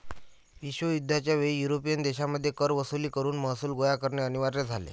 विश्वयुद्ध च्या वेळी युरोपियन देशांमध्ये कर वसूल करून महसूल गोळा करणे अनिवार्य झाले